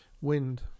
Wind